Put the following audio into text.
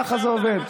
ככה זה עובד.